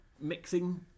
mixing